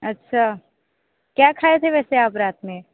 अच्छा क्या खाए थे वैसे आप रात में